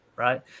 Right